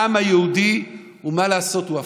העם היהודי, מה לעשות, הוא הפוך: